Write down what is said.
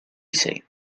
say